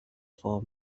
for